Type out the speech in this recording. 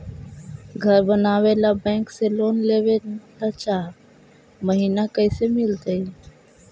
घर बनावे ल बैंक से लोन लेवे ल चाह महिना कैसे मिलतई?